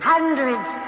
Hundreds